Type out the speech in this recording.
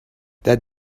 that